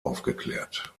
aufgeklärt